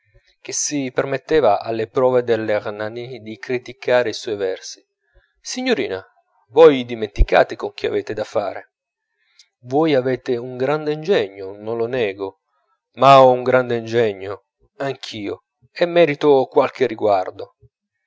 che si permetteva alle prove dell'hernani di criticare i suoi versi signorina voi dimenticate con chi avete da fare voi avete un grande ingegno non lo nego ma ho un grande ingegno anch'io e merito qualche riguardo